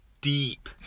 deep